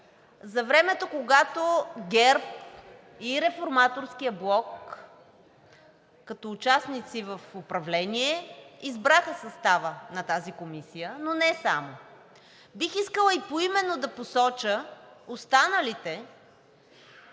за времето, когато ГЕРБ и Реформаторския блок като участници в управлението избраха състава на тази комисия, но не само. Бих искала и поименно да посоча останалите